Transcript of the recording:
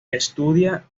estudia